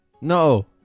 No